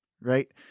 right